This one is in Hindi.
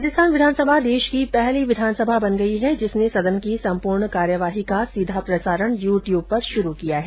राजस्थान विधानसभा देश की पहली विधानसभा बन गयी है जिसने सदन की सम्पूर्ण कार्यवाही का सीधा प्रसारण यू टयूब पर शुरू किया है